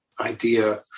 idea